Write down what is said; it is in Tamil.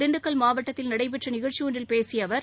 திண்டுக்கல் மாவட்டத்தில் நடைபெற்ற நிகழ்ச்சி ஒன்றில் பேசிய அவர்